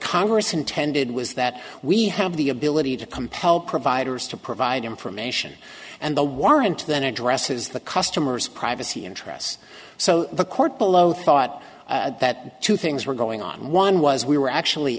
congress intended was that we have the ability to compel providers to provide information and the warrant then addresses the customer's privacy interests so the court below thought that two things were going on one was we were actually